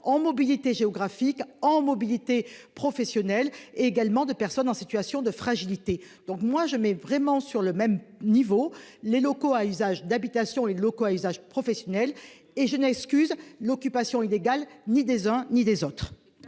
en mobilité géographique en mobilité professionnelle. Également de personnes en situation de fragilité. Donc moi je mets vraiment sur le même niveau les locaux à usage d'habitation et les locaux à usage professionnel et je n'excuse l'occupation illégale, ni des uns ni des autres.